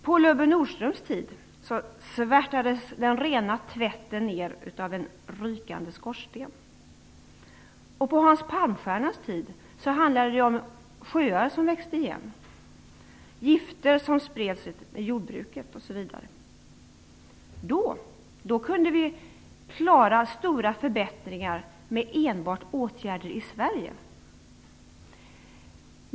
På Lubbe Nordströms tid svärtades den rena tvätten ned av en rykande skorsten. På Hans Palmstiernas tid handlade det om sjöar som växte igen, gifter som spreds i jordbruket osv. Då kunde vi klara stora förbättringar med enbart åtgärder i Sverige.